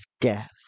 death